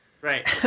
Right